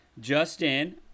Justin